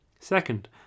Second